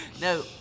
No